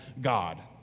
God